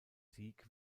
sieg